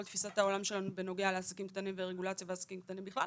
תפיסת העולם שלנו בנוגע לעסקים קטנים ורגולציה ולעסקים קטנים בכלל.